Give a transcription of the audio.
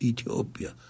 Ethiopia